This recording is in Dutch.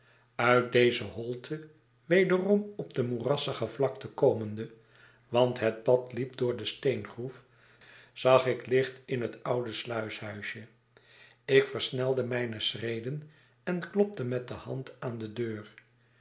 uit deze holte wederom op de moerassige vlakte komende want het pad liep door de steengroef zag ik licht in het oude sluishuisje ik versnelde mijne schreden en klopte met de hand aan de deur